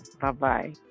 Bye-bye